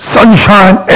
sunshine